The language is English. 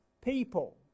people